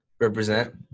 represent